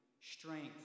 strength